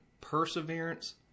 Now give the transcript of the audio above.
perseverance